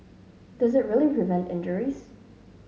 does it really prevent injuries